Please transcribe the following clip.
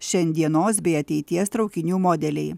šiandienos bei ateities traukinių modeliai